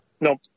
Nope